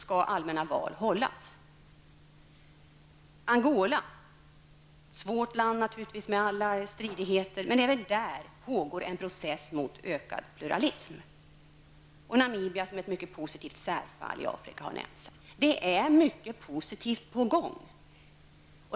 Angola är naturligtvis ett svårt land med alla stridigheter. Men även där pågår en process för ökad pluralism. Även Namibia, som är ett mycket positivt särfall i Afrika, har nämnts. Det är alltså mycket positivt på gång.